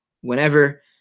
whenever